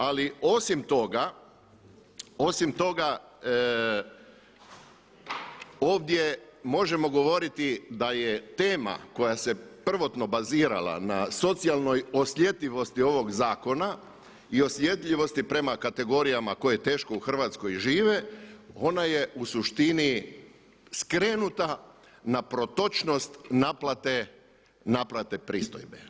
Ali osim toga, osim toga ovdje možemo govoriti da je tema koja se prvotno bazirala na socijalnoj osjetljivosti ovoga zakona i osjetljivosti prema kategorijama koje teško u Hrvatskoj žive ona je u suštini skrenuta na protočnost naplate pristojbe.